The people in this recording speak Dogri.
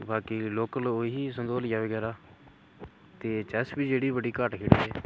ते बाकी लोकल ओह् ही संतोलिया बगैरा ते चैस बी जेह्ड़ी बड़ी घट्ट खेढदे